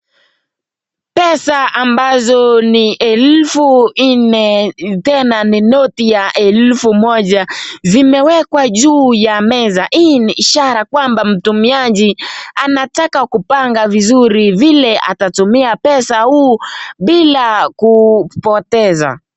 Pesa ambazo ni elfu nne tena ni noti ya elfu moja zimewekwa juu ya meza. Hii ni ishara kwamba mtumiaji anataka kupanga vizuri vile atatumia pesa huu bila kupoteza.